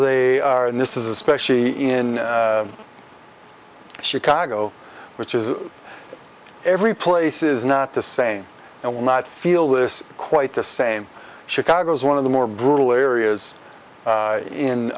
they are and this is especially in chicago which is every place is not the same and will not feel this quite the same chicago's one of the more brutal areas